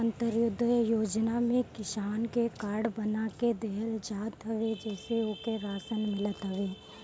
अन्त्योदय योजना में किसान के कार्ड बना के देहल जात हवे जेसे ओके राशन मिलत हवे